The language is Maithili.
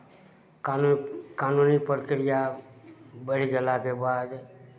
कानून कानूनी प्रक्रिया बढ़ि गेलाके बाद